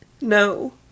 No